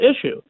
issue